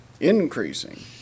increasing